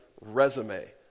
resume